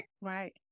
Right